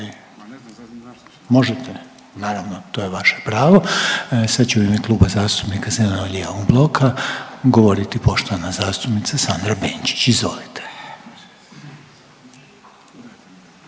možete naravno to je vaše pravo. Sad će u ime Kluba zastupnika zeleno-lijevog bloka govoriti poštovana zastupnica Sandra Benčić, izvolite.